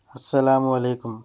السلام علیکم